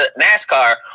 nascar